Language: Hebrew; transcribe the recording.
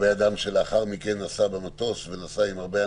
לגבי אדם שלאחר מכן טס במטוס עם הרבה אנשים.